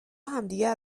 همدیگه